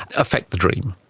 affect the dream.